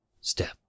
step